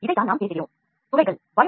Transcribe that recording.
இதைத்தான் துளைகள் என்று நாம் பேசுகிறோம்